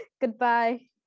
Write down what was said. Goodbye